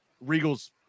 Regal's